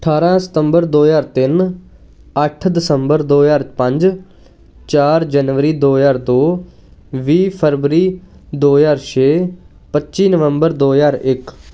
ਅਠਾਰ੍ਹਾਂ ਸਤੰਬਰ ਦੋ ਹਜ਼ਾਰ ਤਿੰਨ ਅੱਠ ਦਸੰਬਰ ਦੋ ਹਜ਼ਾਰ ਪੰਜ ਚਾਰ ਜਨਵਰੀ ਦੋ ਹਜ਼ਾਰ ਦੋ ਵੀਹ ਫਰਵਰੀ ਦੋ ਹਜ਼ਾਰ ਛੇ ਪੱਚੀ ਨਵੰਬਰ ਦੋ ਹਜ਼ਾਰ ਇੱਕ